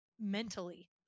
mentally